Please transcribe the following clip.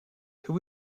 who